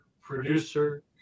producer